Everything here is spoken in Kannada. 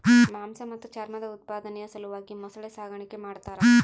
ಮಾಂಸ ಮತ್ತು ಚರ್ಮದ ಉತ್ಪಾದನೆಯ ಸಲುವಾಗಿ ಮೊಸಳೆ ಸಾಗಾಣಿಕೆ ಮಾಡ್ತಾರ